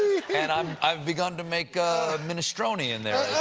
and um i've begun to make ah minestrone in there.